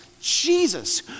Jesus